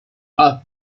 off